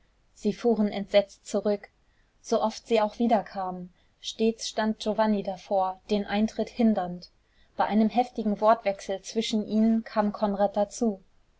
sie fuhren entsetzt zurück so oft sie auch wiederkamen stets stand giovanni davor den eintritt hindernd bei einem heftigen wortwechsel zwischen ihnen kam konrad dazu